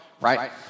Right